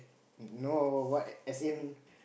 no what as in